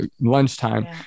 lunchtime